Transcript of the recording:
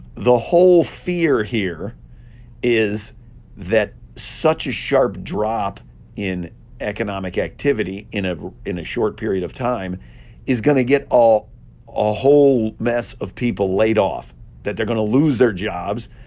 the whole fear here is that such a sharp drop in economic activity in ah in a short period of time is going to get a whole mess of people laid off that they're going to lose their jobs,